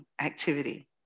activity